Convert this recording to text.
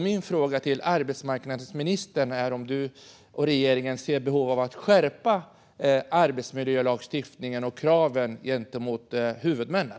Min fråga till arbetsmarknadsministern är om hon och regeringen ser behov av att skärpa arbetsmiljölagstiftningen och kraven gentemot huvudmännen.